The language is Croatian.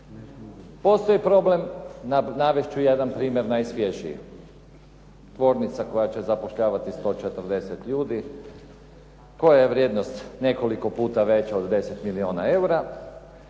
Postoji problem, navesti ću jedan primjer najsvježiji. Tvornica koja će zapošljavati 140 ljudi, kojoj je vrijednost nekoliko puta veća od 10 milijuna eura.